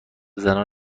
زنان